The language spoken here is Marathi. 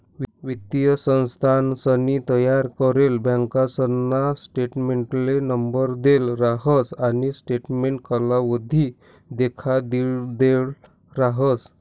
वित्तीय संस्थानसनी तयार करेल बँकासना स्टेटमेंटले नंबर देल राहस आणि स्टेटमेंट कालावधी देखाडिदेल राहस